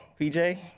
PJ